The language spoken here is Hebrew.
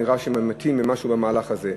כשאומרים "אבל" זה נראה שממעיטים ממשהו במהלך הזה,